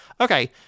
okay